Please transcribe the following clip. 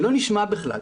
זה לא נשמע בכלל.